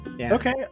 Okay